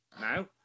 now